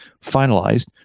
finalized